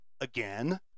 again